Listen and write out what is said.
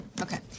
Okay